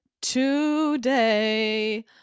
today